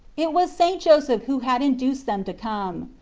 it was st. joseph who had induced them to come.